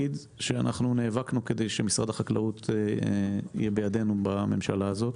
נאבקנו כדי שמשרד החקלאות יהיה בידנו בממשלה הזאת,